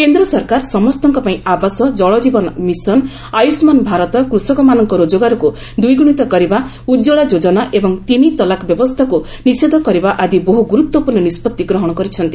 କେନ୍ଦ୍ର ସରକାର ସମସ୍ତଙ୍କ ପାଇଁ ଆବାସ ଜଳକୀବନ ମିଶନ ଆୟୁଷ୍କାନ ଭାରତ କୃଷକମାନଙ୍କ ରୋଜଗାରକୁ ଦ୍ୱିଗୁଣିତ କରିବା ଉଜ୍ଜଳା ଯୋଜନା ଏବଂ ତିନି ତଲାକ୍ ବ୍ୟବସ୍ଥାକ୍ର ନିଷେଧ କରିବା ଆଦି ବହୁ ଗୁରୁତ୍ୱପୂର୍ଣ୍ଣ ନିଷ୍ପଭି ଗ୍ରହଣ କରିଛନ୍ତି